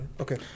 Okay